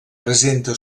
presenta